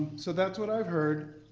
so that's what i've heard.